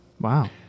Wow